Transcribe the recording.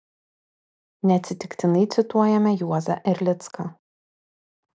neatsitiktinai cituojame juozą erlicką